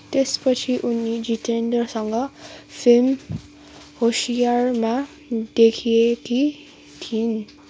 त्यसपछि उनी जितेन्द्रसँग फिल्म होसियारमा देखिएकी थिइन्